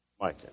Mike